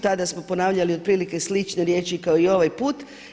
Tada smo ponavljali otprilike slične riječi kao i ovaj put.